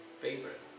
favorite